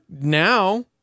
now